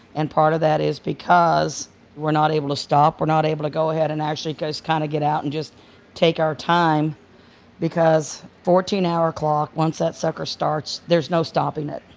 and part of that is because we're not able to stop, we're not able to go ahead and actually kinda kind of get out and just take our time because fourteen hour clock, once that sucker starts there's no stopping it.